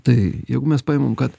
tai jeigu mes paimam kad